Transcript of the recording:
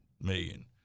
million